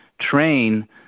train